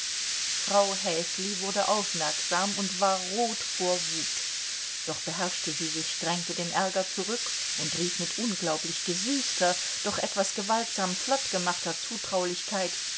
frau häsli wurde aufmerksam und war rot vor wut doch beherrschte sie sich drängte den ärger zurück und rief mit unglaublich gesüßter doch etwas gewaltsam flott gemachter zutraulichkeit